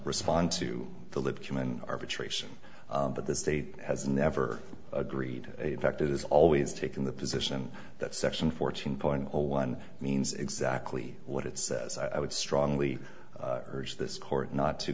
respond to the live human arbitration but the state has never agreed to a fact it is always taking the position that section fourteen point zero one means exactly what it says i would strongly urge this court not to